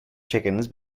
chickens